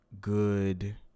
good